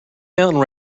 mountain